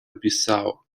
bissau